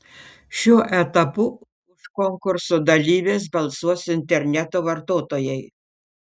šiuo etapu už konkurso dalyves balsuos interneto vartotojai